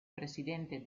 presidente